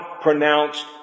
pronounced